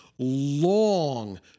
long